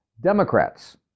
Democrats